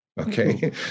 Okay